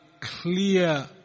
clear